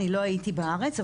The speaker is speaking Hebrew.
אני לא הייתי בארץ,